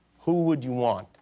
who would you want?